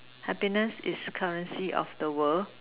happiness is currency of the world